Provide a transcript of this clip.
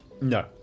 No